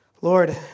Lord